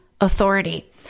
authority